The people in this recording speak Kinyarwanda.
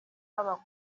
babo